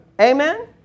Amen